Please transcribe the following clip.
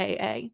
AA